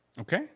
Okay